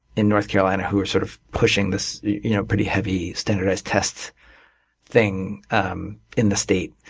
in north carolina who were sort of pushing this you know pretty heavy standardized tests thing um in the state.